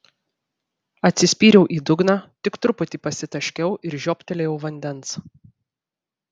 atsispyriau į dugną tik truputį pasitaškiau ir žiobtelėjau vandens